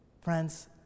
Friends